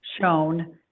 shown